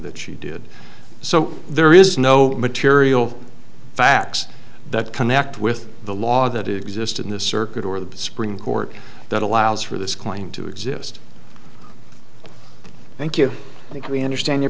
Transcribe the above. that she did so there is no material facts that connect with the law that exist in the circuit or the supreme court that allows for this claim to exist thank you i think we understand your